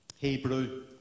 Hebrew